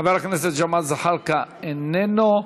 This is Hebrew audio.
חבר הכנסת ג'מאל זחאלקה, אינו נוכח.